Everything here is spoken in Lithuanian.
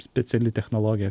speciali technologija